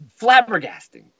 flabbergasting